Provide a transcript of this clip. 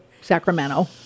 Sacramento